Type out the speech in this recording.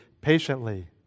patiently